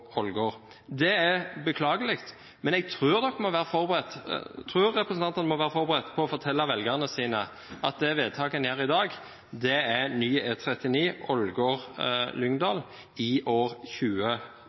Det er beklagelig, men jeg tror representantene må være forberedt på å fortelle velgerne sine at det vedtaket en gjør i dag, er ny E39 Ålgård–Lyngdal i år